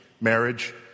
marriage